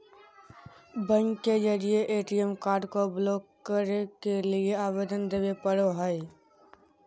bank के जरिए ATM card को ब्लॉक करे के लिए आवेदन देबे पड़ो हइ